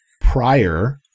prior